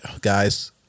guys